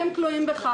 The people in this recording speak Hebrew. הם תלויים בך,